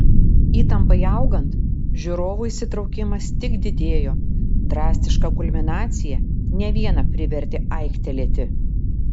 įtampai augant žiūrovų įsitraukimas tik didėjo drastiška kulminacija ne vieną privertė aiktelėti